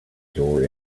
door